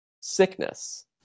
sickness